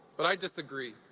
but i disagree.